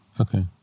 Okay